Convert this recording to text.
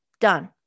Done